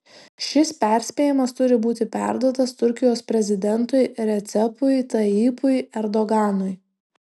šis perspėjimas turi būti perduotas turkijos prezidentui recepui tayyipui erdoganui